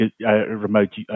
remote